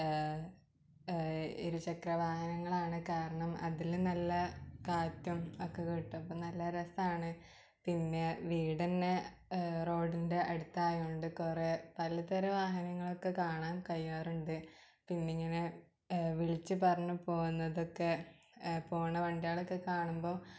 ഇരുചക്ര വാഹനങ്ങളാണ് കാരണം അതില് നല്ല കാറ്റും ഒക്കെ കിട്ടും അപ്പം നല്ല രസമാണ് പിന്നെ വീട് തന്നെ റോഡിൻ്റെ അടുത്തായത് കൊണ്ട് കുറേ പല തരം വാഹനങ്ങളൊക്കെ കാണാൻ കൈഴിയാറുണ്ട് പിന്നെ ഇങ്ങനെ വിളിച്ച് പറഞ്ഞ് പോകുന്നതൊക്കെ പോകുന്ന വണ്ടികളൊക്കെ കാണുമ്പോൾ